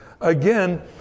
again